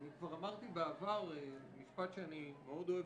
אני כבר אמרתי בעבר משפט שאני מאוד אוהב